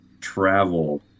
travel